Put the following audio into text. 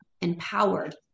empowered